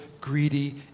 greedy